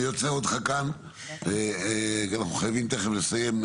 אני עוצר אותך כאן, כי אנחנו חייבים תכף לסיים.